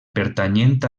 pertanyent